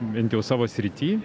bent jau savo srity